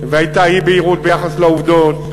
והייתה אי-בהירות ביחס לעובדות,